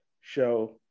show